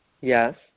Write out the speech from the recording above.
Yes